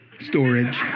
storage